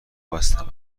بستم